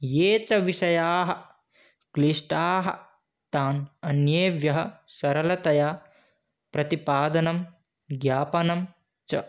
ये च विषयाः क्लिष्टाः तान् अन्येभ्यः सरलतया प्रतिपादनं ज्ञापनं च